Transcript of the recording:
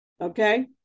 Okay